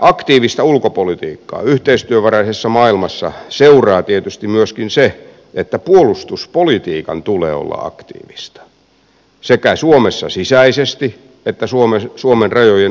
aktiivisesta ulkopolitiikasta yhteistyövaraisessa maailmassa seuraa tietysti myöskin se että puolustuspolitiikan tulee olla aktiivista sekä suomessa sisäisesti että suomen rajojen ulkopuolella